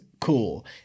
cool